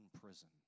prison